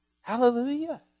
Hallelujah